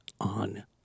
on